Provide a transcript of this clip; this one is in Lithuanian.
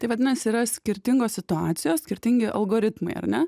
tai vadinasi yra skirtingos situacijos skirtingi algoritmai ar ne